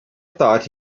thought